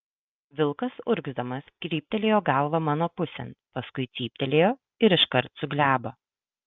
vilkas urgzdamas kryptelėjo galvą mano pusėn paskui cyptelėjo ir iškart suglebo